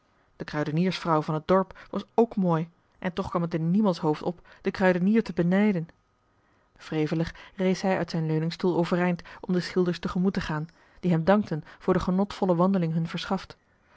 de kruideniersvrouw van het dorp was ook mooi en toch kwam het in niemands hoofd op den kruidenier te benijden wrevelig rees hij uit zijn leuningstoel overeind om de schilders tegemoet te gaan die hem dankten voor de genotvolle wandeling hun verschaft